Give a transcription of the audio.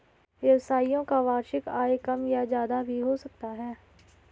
व्यवसायियों का वार्षिक आय कम या ज्यादा भी हो सकता है